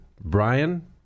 Brian